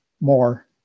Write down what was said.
more